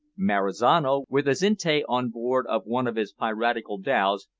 marizano, with azinte on board of one of his piratical dhows,